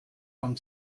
von